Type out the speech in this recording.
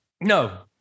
No